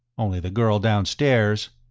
only the girl downstairs.